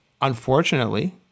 Unfortunately